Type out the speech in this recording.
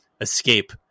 escape